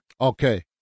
Okay